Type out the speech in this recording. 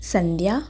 సంధ్య